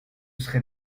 serait